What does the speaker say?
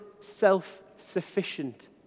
self-sufficient